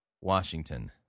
Washington